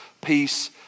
peace